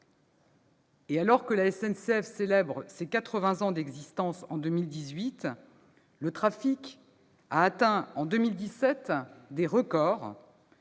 Alors que la SNCF célèbre ses quatre-vingts ans d'existence en 2018, le trafic a atteint en 2017 des records,